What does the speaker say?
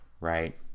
right